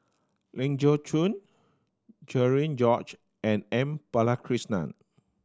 Ling Geok Choon Cherian George and M Balakrishnan